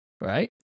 right